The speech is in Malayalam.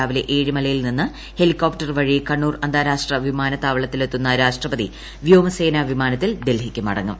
രാവിലെ ഏഴിമലയിൽ നിന്ന് ഹെലികോപ്റ്റർ വഴി കണ്ണൂർ അന്താരാഷ്ട്ര വിമാനത്താവളത്തിലെ ത്തുന്ന രാഷ്ട്രപതി വ്യോമസേനാ വിമാനൂത്തിൽ ഡൽഹിക്ക് മടങ്ങും